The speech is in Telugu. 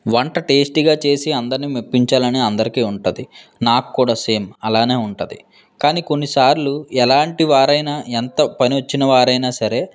వంట టేస్టీగా చేసి అందరినీ మెప్పించాలని అందరికీ ఉంటుంది నాకు కూడా సేమ్ అలాగే ఉంటుంది కానీ కొన్నిసార్లు ఎలాంటి వారైనా ఎంత పని వచ్చిన వారైనా సరే